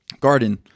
garden